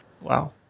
Wow